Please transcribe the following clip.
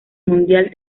mundial